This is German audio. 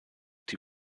die